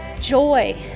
joy